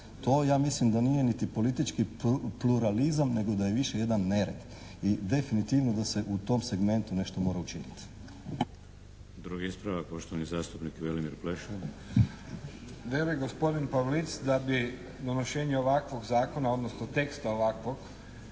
To ja mislim da nije niti politički pluralizam nego da je više jedan nered. I definitivno da se u tom segmentu nešto mora učiniti. **Šeks, Vladimir (HDZ)** Drugi ispravak, poštovani zastupnik Velimir Pleša. **Pleša, Velimir (HDZ)** Veli gospodine Pavlic da bi donošenje ovakvog zakona odnosno teksta ovakvog